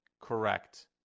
Correct